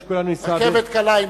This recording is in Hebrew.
רכבת קלה, אם